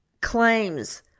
claims